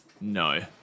No